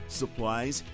supplies